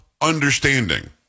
understanding